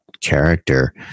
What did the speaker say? character